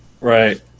Right